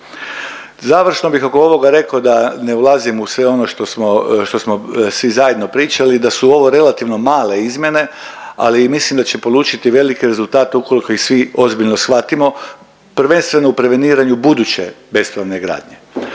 Završno bih oko ovoga rekao da ne ulazim u sve ono što smo, što smo svi zajedno pričali da su ovo relativno male izmjene ali mislim da će polučiti velike rezultate ukoliko ih svi ozbiljno shvatimo, prvenstveno u preveniranju buduće bespravne gradnje.